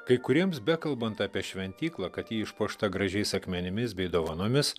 kai kuriems bekalbant apie šventyklą kad ji išpuošta gražiais akmenimis bei dovanomis